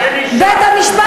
בשרעיים אין אישה.